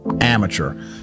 amateur